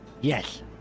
Yes